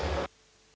Hvala,